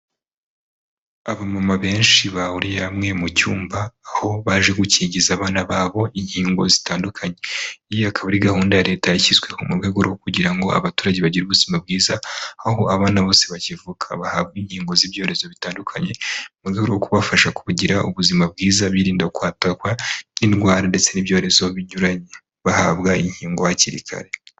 Aba mama benshi bahuriye hamwe mu cyumba aho baje gukingiza abana babo inkingo zitandukanye muri gahunda ya leta yashyizweho mu rwego rwo kugira ngo abaturage bagire ubuzima bwiza aho abana bose bakivuka bahabwa inkingo z'ibyorezo bitandukanye mu rwego rwo kubafasha kugira ubuzima bwiza birinda kwatakwa n'indwara ndetse n'ibyorezo binyuranye bahabwa inkingo hakiri kare.